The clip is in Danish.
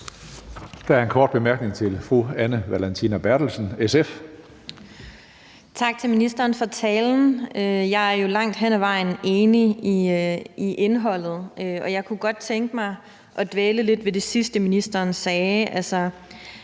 Berthelsen, SF. Kl. 19:09 Anne Valentina Berthelsen (SF): Tak til ministeren for talen. Jeg er jo langt hen ad vejen enig i indholdet, og jeg kunne godt tænke mig at dvæle lidt ved det sidste, ministeren talte om, altså